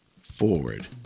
forward